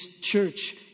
church